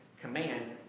command